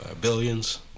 Billions